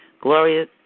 Gloria